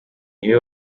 niwe